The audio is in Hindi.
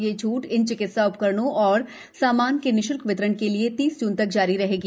यह छूट इन चिकितसा उसकरणों और सामान के निश्क्रम वितरण के लिए तीस जून तक जारी रहेगी